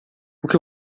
que